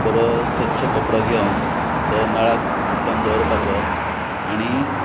बरो स्वच्छ कपडो घेवन तो नळाक गुटलावन दवरपाचो आनी